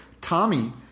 Tommy